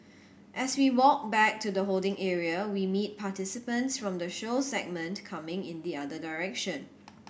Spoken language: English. as we walk back to the holding area we meet participants from the show segment coming in the other direction